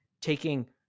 taking